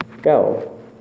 Go